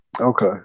Okay